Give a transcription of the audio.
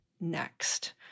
next